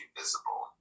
visible